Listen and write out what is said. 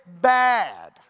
bad